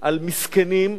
על מסכנים,